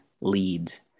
leads